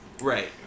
Right